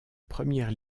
première